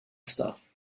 stuff